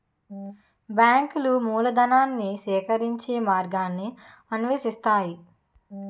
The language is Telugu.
బ్యాంకులు మూలధనాన్ని సేకరించే మార్గాన్ని అన్వేషిస్తాయి